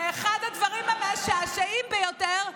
זה אחד הדברים המשעשעים ביותר,